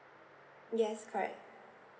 yes correct